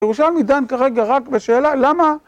ירושלמי דן כרגע רק בשאלה למה